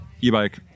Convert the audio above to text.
e-bike